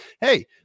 hey